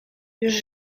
już